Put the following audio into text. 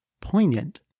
poignant